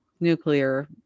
nuclear